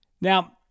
Now